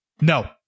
No